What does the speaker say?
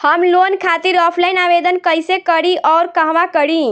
हम लोन खातिर ऑफलाइन आवेदन कइसे करि अउर कहवा करी?